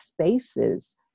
spaces